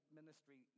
ministry